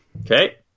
Okay